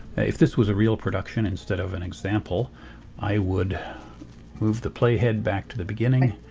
if this was a real production instead of an example i would move the play head back to the beginning,